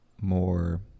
more